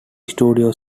studios